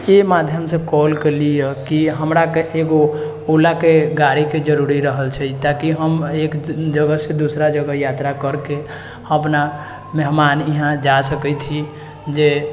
ई माध्यमसँ कॉल कयलि यऽ कि हमराके एगो ओलाके गाड़ीके जरुरी रहल छै ताकि हम एक जगह सँ दोसरा जगह यात्रा करके अपना मेहमान इहां जा सकैत छी जे